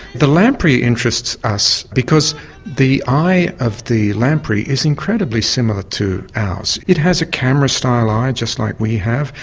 the lamprey interests us because the eye of the lamprey is incredibly similar to ours. it has a camera style eye just like we have,